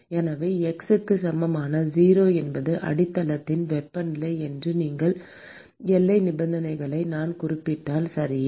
எனவே x க்கு சமமான 0 என்பது அடித்தளத்தின் வெப்பநிலை என்று எல்லை நிபந்தனையை நான் குறிப்பிட்டால் சரியா